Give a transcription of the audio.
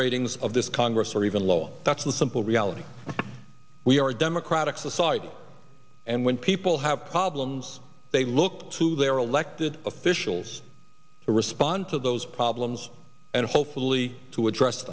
ratings of this congress are even law that's the simple reality we are a democratic society and when people have problems they look to their elected officials to respond to those problems and hopefully to address